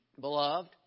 Beloved